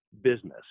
business